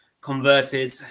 converted